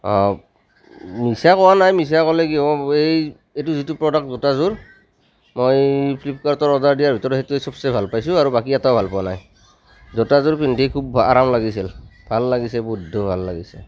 অ মিছা কোৱা নাই মিছা ক'লে কি হ'ব এই এইটো যিটো প্ৰডাক্ট জোতাজোৰ মই ফ্লিপকাৰ্টক অৰ্ডাৰ দিয়াৰ ভিতৰত সেইটোৱেই সবচে ভাল পাইছোঁ আৰু বাকী এটাও ভাল পোৱা নাই জোতাজোৰ পিন্ধি খুব আৰাম লাগিছিল ভাল লাগিছে বৈদ্য ভাল লাগিছে